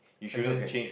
that's okay